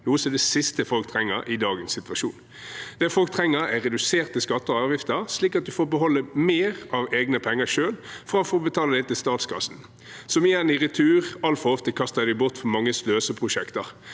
som er det siste folk trenger i dagens situasjon. Det folk trenger, er reduserte skatter og avgifter, slik at de får beholde mer av egne penger selv framfor å betale dem inn til statskassen, som igjen i retur altfor ofte kaster dem bort på mange sløseprosjekter,